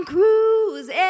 Cruise